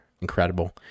incredible